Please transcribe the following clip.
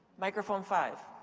microphone five.